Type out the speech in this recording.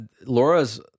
Laura's